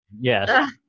Yes